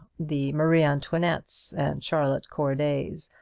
the marie antoinettes and charlotte cordays,